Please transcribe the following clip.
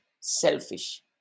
selfish